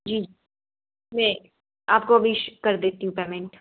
जी wait आपको अभी कर देती हूँ पैमेंट